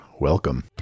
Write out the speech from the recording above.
Welcome